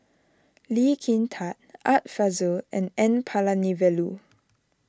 Lee Kin Tat Art Fazil and N Palanivelu